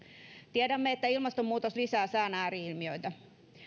tiedämme että ilmastonmuutos lisää sään ääri ilmiöitä